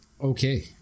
Okay